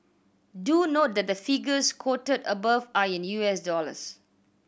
do note that the figures quoted above are in U S dollars